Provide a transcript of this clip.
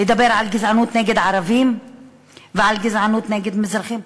לדבר על גזענות נגד הערבים ועל גזענות נגד מזרחים.